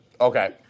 Okay